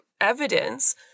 evidence